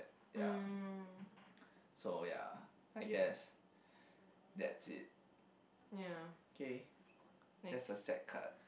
mm ya next